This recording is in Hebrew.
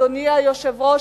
אדוני היושב-ראש,